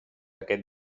aquest